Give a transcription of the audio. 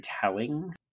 telling